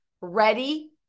Ready